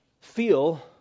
feel